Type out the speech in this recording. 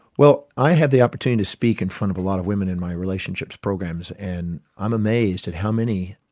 well, i had the opportunity to speak in front of a lot of women in my relationships programs, and i'm amazed at how many,